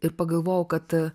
ir pagalvojau kad